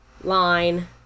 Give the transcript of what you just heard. line